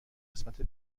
قسمت